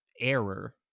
error